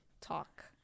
talk